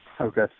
Okay